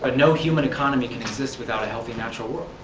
ah no human economy can exist without a healthy, natural world.